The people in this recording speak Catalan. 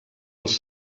els